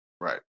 right